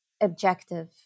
objective